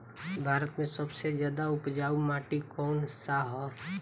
भारत मे सबसे ज्यादा उपजाऊ माटी कउन सा ह?